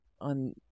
on